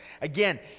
Again